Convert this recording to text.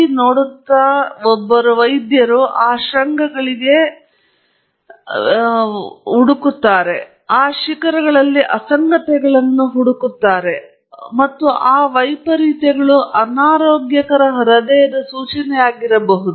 G ನೋಡುತ್ತಿರುವ ಒಬ್ಬ ವೈದ್ಯರು ಆ ಶೃಂಗಗಳಿಗೆ ಅಗತ್ಯವಾಗಿ ಹುಡುಕುತ್ತಾರೆ ಮತ್ತು ಆ ಶಿಖರಗಳಲ್ಲಿ ಅಸಂಗತತೆಗಳನ್ನು ಹುಡುಕುತ್ತಾರೆ ಮತ್ತು ಆ ವೈಪರೀತ್ಯಗಳು ಅನಾರೋಗ್ಯಕರ ಹೃದಯದ ಸೂಚನೆಯಾಗಿರಬಹುದು